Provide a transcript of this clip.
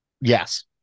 Yes